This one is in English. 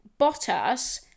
Bottas